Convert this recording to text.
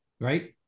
right